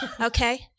okay